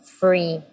free